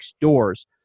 doors